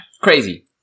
Crazy